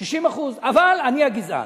60%. אבל אני הגזען.